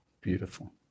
Beautiful